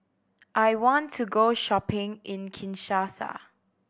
I want to go shopping in Kinshasa